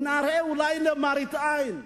נראה, אולי למראית עין.